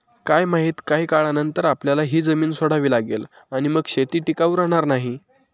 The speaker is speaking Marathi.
काय माहित, काही काळानंतर आपल्याला ही जमीन सोडावी लागेल आणि मग शेती टिकाऊ राहणार नाही